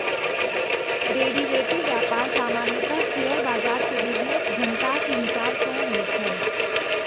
derivative व्यापार सामान्यतः share बाजार के बिजनेस घंटाक हिसाब सं होइ छै